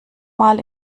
mal